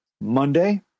Monday